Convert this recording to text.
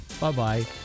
Bye-bye